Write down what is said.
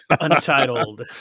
untitled